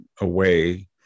away